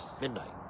midnight